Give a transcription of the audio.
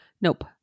Nope